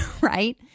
right